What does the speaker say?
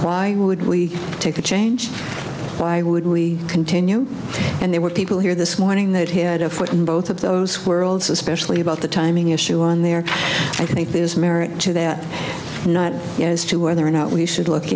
why would we take a change why would we continue and there were people here this morning that had a foot in both of those worlds especially about the timing issue on there i think there's merit to that night as to whether or not we should look